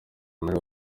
muri